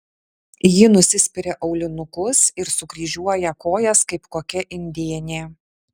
ji nusispiria aulinukus ir sukryžiuoja kojas kaip kokia indėnė